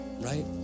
Right